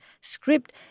script